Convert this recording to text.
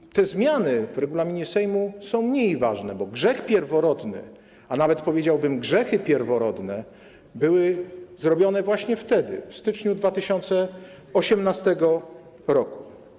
I te zmiany w regulaminie Sejmu są mniej ważne, bo grzech pierworodny, a nawet powiedziałbym: grzechy pierworodne były zrobione właśnie wtedy, w styczniu 2018 r.